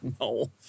No